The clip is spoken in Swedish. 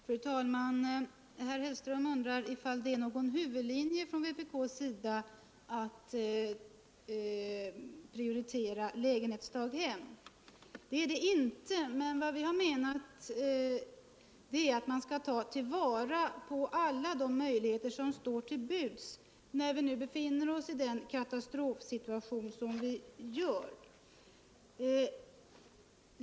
Fru talman! Herr Hellström undrar om det är någon huvudlinje för vpk att prioritera lägenhetsdaghem. Det är det inte, utan vad vi har menat är att man skall ta vara på alla de möjligheter som står till buds, när nu situationen är så katastrofal som den är.